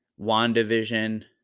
WandaVision